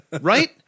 Right